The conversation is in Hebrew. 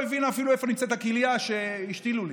הבינה אפילו איפה נמצאת הכליה שהשתילו לי,